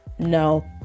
No